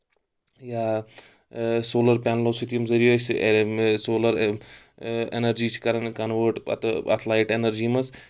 یا سولَر پینلو ستۭۍ ییٚمہِ ذٔریعہِ أسۍ سولَر اؠنَرجی چھِ کَرَان کَنوٲٹ پَتہٕ اَتھ لایٹ ایٚنَرجی منٛز